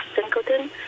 singleton